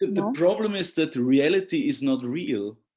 the problem is that reality is not real.